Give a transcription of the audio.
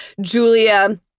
Julia